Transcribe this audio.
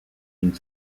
une